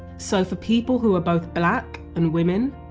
so for people who are both black and women,